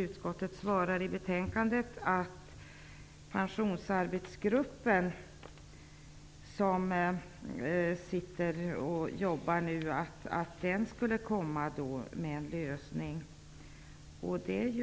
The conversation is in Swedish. Utskottet svarar i betänkandet att Pensionsarbetsgruppen, som nu jobbar med dessa frågor, skall komma med en lösning.